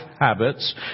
habits